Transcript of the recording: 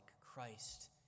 Christ